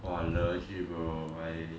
!wah! legit bro I